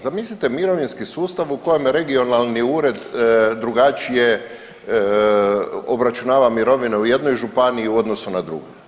Zamislite mirovinski sustav u kojem regionalni ured drugačije obračunava mirovine u jednoj županiji u odnosu na drugu.